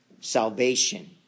salvation